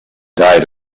died